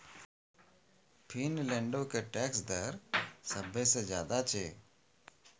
फिनलैंडो के टैक्स दर सभ से ज्यादे छै